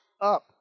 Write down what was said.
up